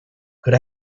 could